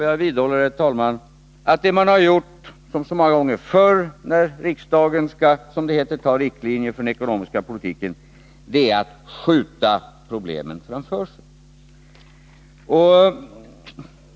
Jag vidhåller, herr talman, att det man nu gör är — som så många gånger förr när riksdagen haft att anta riktlinjer för den ekonomiska politiken — att skjuta problemen framför sig.